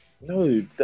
No